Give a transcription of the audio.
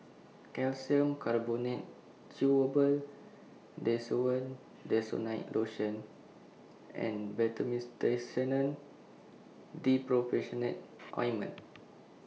Calcium Carbonate Chewable Desowen Desonide Lotion and Ointment